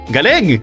Galing